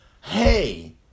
Hey